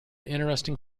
interesting